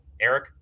Eric